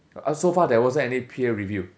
uh so far there wasn't any peer review